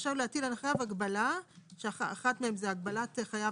רשאי להטיל על החייב הגבלה שאחת מהן זה הגבלה על החייב